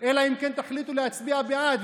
אלא אם כן תחליטו להצביע בעד.